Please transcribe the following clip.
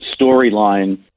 storyline